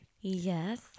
Yes